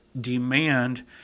demand